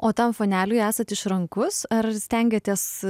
o tam šuneliui esate išrankus ar stengiatės